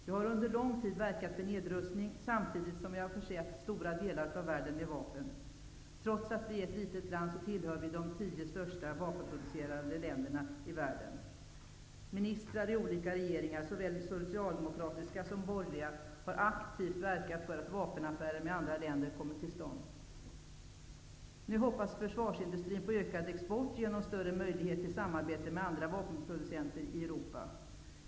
Vi har under lång tid verkat för nedrustning, samtidigt som vi har försett stora delar av världen med vapen. Trots att vi är ett litet land, tillhör vi de tio största vapenproducerande länderna i världen. Ministrar i olika regeringar -- såväl socialdemokratiska som borgerliga -- har aktivt verkat för att vapenaffärer med andra länder har kommit till stånd. Nu hoppas försvarsindustrin på ökad export genom större möjlighet till samarbete med andra vapenproducenter i Europa.